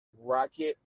Rocket